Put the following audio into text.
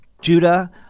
Judah